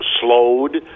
slowed